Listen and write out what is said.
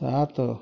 ସାତ